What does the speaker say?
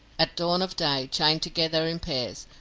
at dawn of day, chained together in pairs,